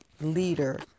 leader